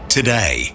today